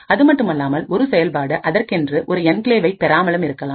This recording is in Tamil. அதுமட்டுமல்லாமல் ஒரு செயல்பாடு அதற்கென்று ஒரு என்கிளேவை பெறாமலும் இருக்கலாம்